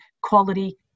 quality